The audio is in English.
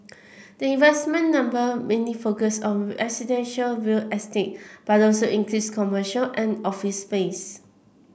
the investment number mainly focus on residential real estate but also includes commercial and office space